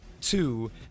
two